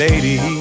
Lady